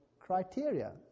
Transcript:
Criteria